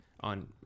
on